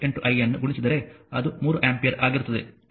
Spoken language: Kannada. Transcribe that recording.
6 I ಅನ್ನು ಗುಣಿಸಿದರೆ ಅದು 3 ಆಂಪಿಯರ್ ಆಗಿರುತ್ತದೆ